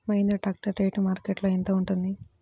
Mahindra tractor rate మార్కెట్లో యెంత ఉంటుంది?